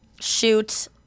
shoot